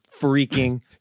freaking